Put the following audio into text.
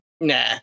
nah